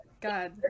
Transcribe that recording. God